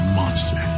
monster